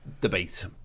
debate